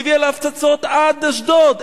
שהביאה להפצצות עד אשדוד.